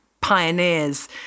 pioneers